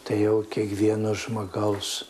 tai jau kiekvieno žmogaus